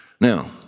Now